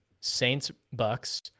Saints-Bucks